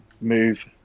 move